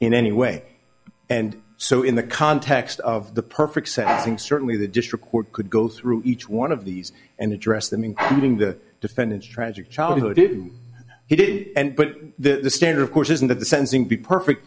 in any way and so in the context of the perfect setting certainly the district court could go through each one of these and address them including the defendant's tragic childhood if he didn't put the standard of course isn't that the sentencing be perfect